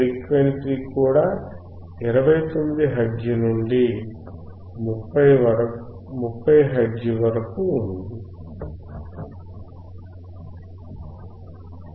frequency కూడా 29 hertz నుండి 30 hertz వరకు ఉంది